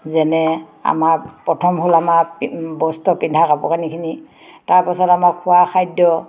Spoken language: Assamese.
যেনে আমাৰ প্ৰথম হ'ল আমাৰ বস্ত্ৰ পিন্ধা কাপোৰ কানিখিনি তাৰপাছত আমাৰ খোৱা খাদ্য